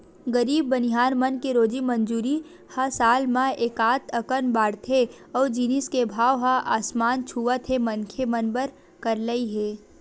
गरीब बनिहार मन के रोजी मंजूरी ह साल म एकात अकन बाड़थे अउ जिनिस के भाव ह आसमान छूवत हे मनखे मन बर करलई हे